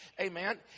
Amen